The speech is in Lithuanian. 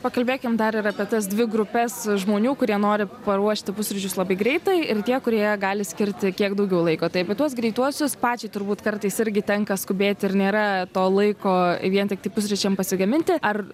pakalbėkim dar ir apie tas dvi grupes žmonių kurie nori paruošti pusryčius labai greitai ir tie kurie gali skirti kiek daugiau laiko taip į tuos greituosius pačiai turbūt kartais irgi tenka skubėti ir nėra to laiko vien tiktai pusryčiam pasigaminti ar